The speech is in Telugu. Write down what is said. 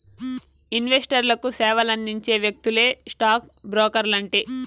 ఇన్వెస్టర్లకు సేవలందించే వ్యక్తులే స్టాక్ బ్రోకర్లంటే